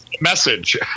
message